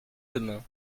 demain